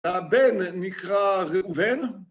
והבן נקרא ראובן